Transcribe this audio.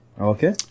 Okay